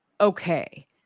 okay